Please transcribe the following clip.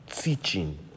Teaching